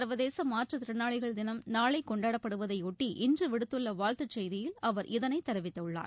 சர்வதேசமாற்றுத்திறனாளிகள் தினம் நாளைகொண்டாடப்படுவதையொட்டி இன்றுவிடுத்துள்ளவாழ்த்துச் செய்தியில் இதனைத் தெரிவித்துள்ளார்